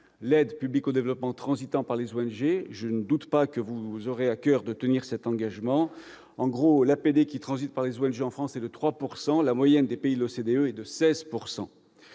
l'aide publique au développement transitant par les ONG ; je ne doute pas que vous aurez à coeur de tenir cet engagement. La part de l'APD française qui transite par les ONG est de 3 % environ ; la moyenne des pays de l'OCDE est de 16 %.